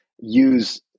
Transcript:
use